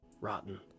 rotten